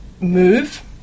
move